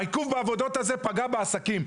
העיכוב הזה בעבודות פגע בעסקים.